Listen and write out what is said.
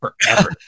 forever